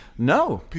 No